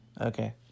Okay